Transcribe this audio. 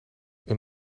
een